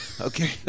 Okay